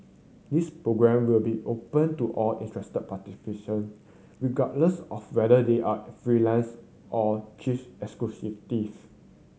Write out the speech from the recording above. this programme will be open to all interested participant regardless of whether they are freelancer or chief executive